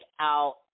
out